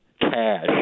cash